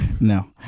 No